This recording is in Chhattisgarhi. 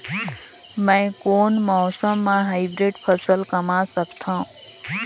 मै कोन मौसम म हाईब्रिड फसल कमा सकथव?